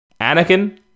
Anakin